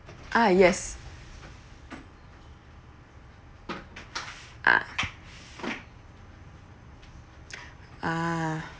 ah yes uh ah